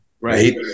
Right